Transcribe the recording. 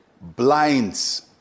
blinds